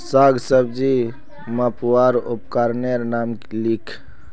साग सब्जी मपवार उपकरनेर नाम लिख?